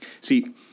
See